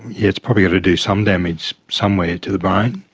it's probably got to do some damage somewhere to the brain.